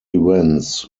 events